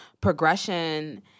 Progression